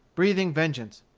breathing vengeance.